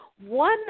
one